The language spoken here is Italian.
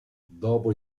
dopo